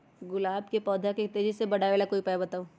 गुलाब के पौधा के तेजी से बढ़ावे ला कोई उपाये बताउ?